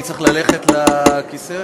אני צריך ללכת לכיסא להצביע?